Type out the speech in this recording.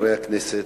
חברי הכנסת,